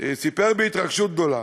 סיפר בהתרגשות גדולה